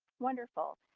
wonderful.